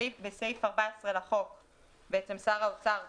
בסעיף 14 לחוק שר האוצר הוסמך,